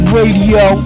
Radio